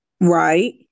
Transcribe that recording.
right